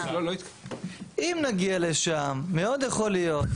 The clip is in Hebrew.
אם נגיע לשם מאוד יכול להיות,